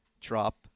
Drop